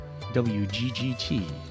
WGGT